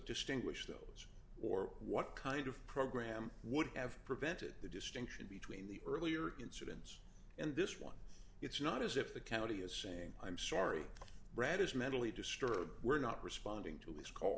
distinguished those or what kind of program would have prevented the distinction between the earlier incidents and this one it's not as if the county is saying i'm sorry brad is mentally disturbed we're not responding to